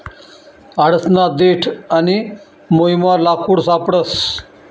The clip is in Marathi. आडसना देठ आणि मुयमा लाकूड सापडस